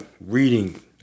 reading